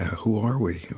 who are we?